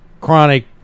chronic